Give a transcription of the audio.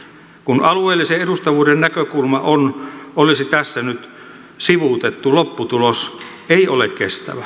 kun alueellisen edustavuuden näkökulma olisi tässä nyt sivuutettu lopputulos ei ole kestävä